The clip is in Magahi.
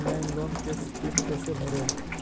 ऑनलाइन लोन के किस्त कैसे भरे?